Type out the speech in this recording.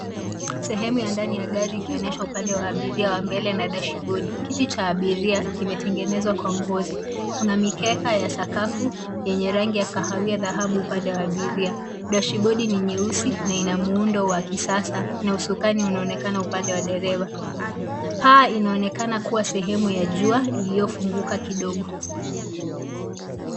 Sehemu ya ndani ya gari ikionyesha upande wa abiria wa mbele na dashibodi. Kiti cha abiria kimetengenezwa kwa ngozi. Kuna mikeka ya sakafu yenye rangi ya kahawia dhahabu upande wa abiria. Dashibodi ni nyeusi na ina muundo wa kisasa na usukani unaonekana upande wa dereva. Paa inaonekana kuwa sehemu ya jua iliyofunguka kidogo.